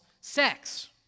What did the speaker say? sex